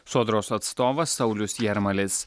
sodros atstovas saulius jarmalis